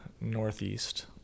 northeast